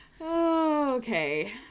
Okay